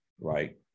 right